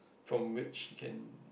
form which you can